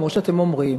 כמו שאתם אומרים,